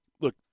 look